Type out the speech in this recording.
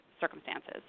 circumstances